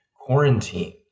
Quarantine